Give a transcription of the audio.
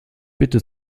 bitte